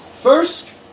First